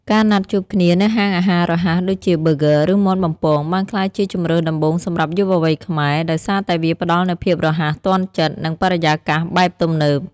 ការណាត់ជួបគ្នានៅហាងអាហាររហ័សដូចជា ប៊ឺហ្គឺ ឬមាន់បំពង បានក្លាយជាជម្រើសដំបូងសម្រាប់យុវវ័យខ្មែរ ដោយសារតែវាផ្ដល់នូវភាពរហ័សទាន់ចិត្ត និងបរិយាកាសបែបទំនើប។